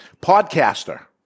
Podcaster